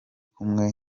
kumwe